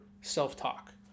self-talk